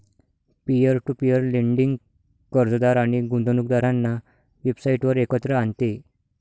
peer to peer lending कर्जदार आणि गुंतवणूकदारांना वेबसाइटवर एकत्र आणते